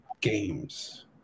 games